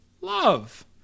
love